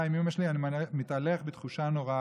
עם אימא שלי אני מתהלך בתחושה נוראה.